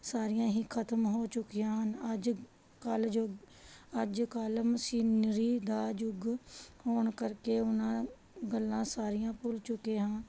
ਸਾਰੀਆਂ ਹੀ ਖਤਮ ਹੋ ਚੁੱਕੀਆਂ ਹਨ ਅੱਜ ਕਲਯੁਗ ਅੱਜ ਕੱਲ੍ਹ ਮਸ਼ੀਨਰੀ ਦਾ ਯੁੱਗ ਹੋਣ ਕਰਕੇ ਉਹਨਾਂ ਗੱਲਾਂ ਸਾਰੀਆਂ ਭੁੱਲ ਚੁੱਕੇ ਹਾਂ